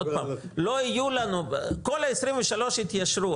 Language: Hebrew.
עוד פעם כל ה-23 יתיישרו.